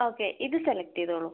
okay ഇത് select ചെയ്തോളൂ